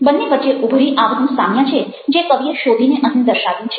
બંને વચ્ચે ઉભરી આવતું સામ્ય છે જે કવિએ શોધીને અહીં દર્શાવ્યું છે